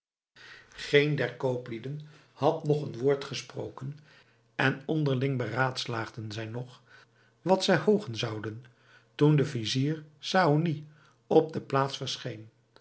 geen der kooplieden had nog een woord gesproken en onderling beraadslaagden zij nog wat zij hoogen zouden toen de vizier saony op de plaats verscheen